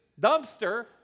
dumpster